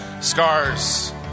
scars